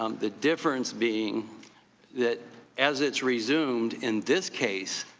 um the difference being that as it's resumed in this case,